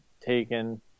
taken –